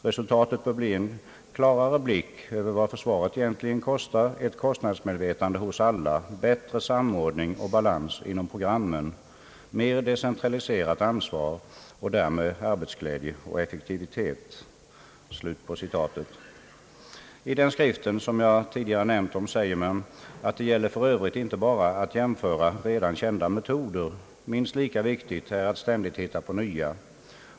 Resultatet bör bli en klarare blick över vad försvaret egentligen kostar, ett kostnadsmedvetande hos alla, bättre samordning och balans inom programmen, mer decentraliserat ansvar, och därmed arbetsglädje och effektivitet.» I den skrift som jag tidigare nämnt om säger man att det gäller för övrigt inte bara att jämföra redan kända metoder, minst lika viktigt är att ständigt hitta på nya.